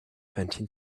panted